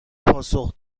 پاسخ